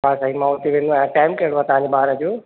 हा साईं मां हुते वेंदो आहियां टाइम कहिड़ो आहे तव्हांजे ॿार जो